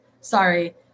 Sorry